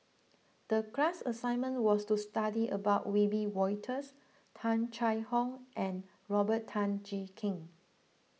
the class assignment was to study about Wiebe Wolters Tung Chye Hong and Robert Tan Jee Keng